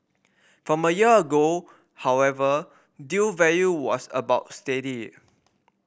from a year ago however deal value was about steady